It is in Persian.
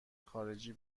خارجی